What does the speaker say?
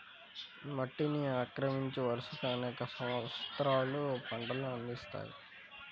మట్టిని ఆక్రమించి, వరుసగా అనేక సంవత్సరాలు పంటలను అందిస్తాయి